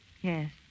Yes